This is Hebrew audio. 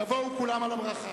יבואו כולם הברכה.